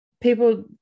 People